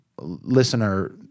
listener